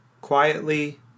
quietly